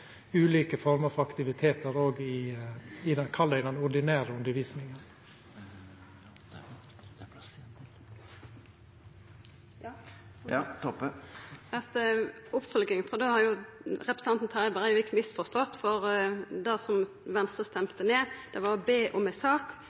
den ordinære undervisninga. Ei oppfølging: Da har representanten Terje Breivik misforstått, for det som Venstre stemte ned, var å be om ei sak